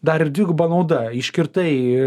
dar ir dviguba nauda išskirtai